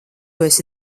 esi